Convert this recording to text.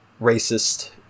racist